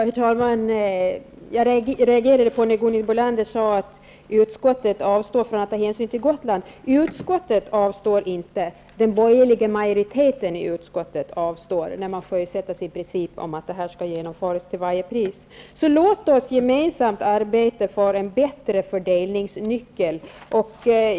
Herr talman! Jag reagerade när Gunhild Bolander sade att utskottet avstår från att ta hänsyn till Gotland. Utskottet avstår inte, utan det är den borgerliga majoriteten i utskottet som avstår, när den sjösätter sin princip om att detta skall genomföras till varje pris. Så låt oss gemensamt arbeta får en bättre fördelningsnyckel.